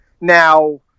Now